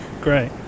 great